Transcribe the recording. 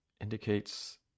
indicates